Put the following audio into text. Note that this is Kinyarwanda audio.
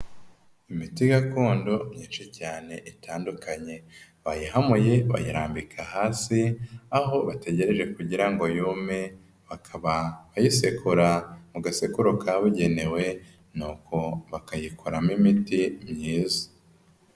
Imiti gakondo myinshi cyane itandukanye, bayihamuye bayirambika hasi, aho bategereje kugira ngo yume, bakaba bayisekura mu gasekuru kabugenewe nuko bakayikoramo imiti myiza.